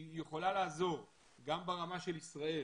שיכולה לעזור גם ברמה של ישראל